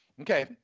Okay